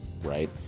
right